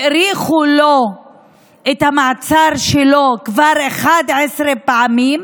האריכו לו את המעצר שלו כבר 11 פעמים,